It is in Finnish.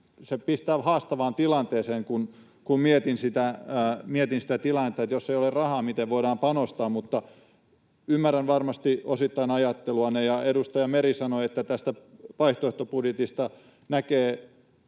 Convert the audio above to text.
pistää haastavaan tilanteeseen, kun mietin sitä tilannetta, että jos ei ole rahaa, miten voidaan panostaa, mutta ymmärrän varmasti osittain ajatteluanne, ja edustaja Meri sanoi, että tästä vaihtoehtobudjetista näkee